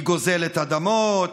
היא גוזלת אדמות,